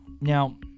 Now